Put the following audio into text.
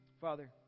Father